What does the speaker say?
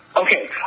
Okay